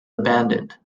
abandoned